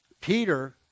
Peter